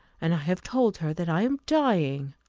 and i have told her that i am dying!